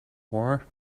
war